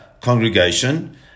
congregation